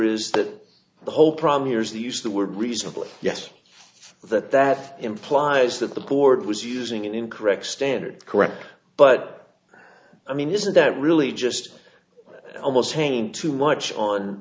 is that the whole problem here is the use of the word reasonable yes that that implies that the board was using an incorrect standard correct but i mean isn't that really just almost hanging too much on